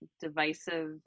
divisive